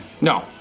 no